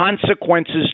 consequences